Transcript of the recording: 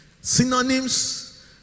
synonyms